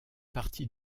partie